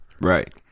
Right